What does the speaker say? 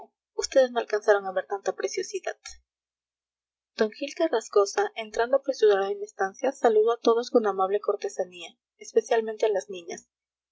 ustedes no alcanzaron a ver tanta preciosidad d gil carrascosa entrando apresurado en la estancia saludó a todos con amable cortesanía especialmente a las niñas